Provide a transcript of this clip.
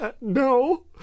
No